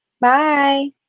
Bye